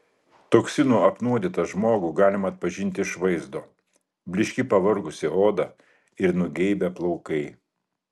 toksinų apnuodytą žmogų galima atpažinti iš vaizdo blyški pavargusi oda ir nugeibę plaukai